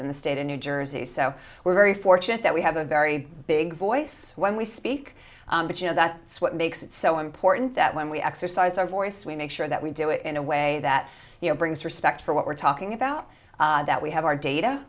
in the state of new jersey so we're very fortunate that we have a very big voice when we speak but you know that what makes it so important that when we exercise our voice we make sure that we do it in a way that you know brings respect for what we're talking about that we have our data